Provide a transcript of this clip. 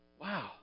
Wow